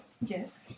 yes